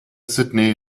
sydney